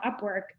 Upwork